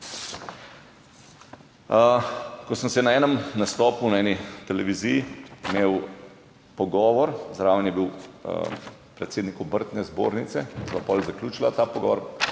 Ko sem na enem nastopu na eni televiziji imel pogovor, zraven je bil predsednik Obrtne zbornice , in sva potem zaključila ta pogovor,